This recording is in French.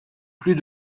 plus